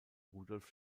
rudolf